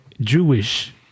Jewish